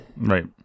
Right